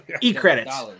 e-credits